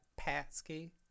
Patsky